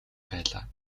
байлаа